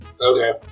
Okay